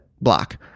block